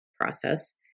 process